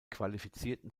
qualifizierten